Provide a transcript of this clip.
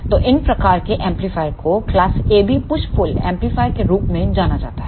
तो इन प्रकार के एम्पलीफायरों को क्लास AB पुश पुल एम्पलीफायरों के रूप में जाना जाता है